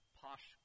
posh